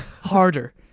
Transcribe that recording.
Harder